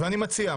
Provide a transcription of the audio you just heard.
ואני מציע,